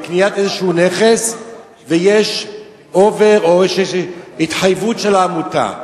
בקניית איזה נכס ויש "אובר" או יש התחייבות של העמותה.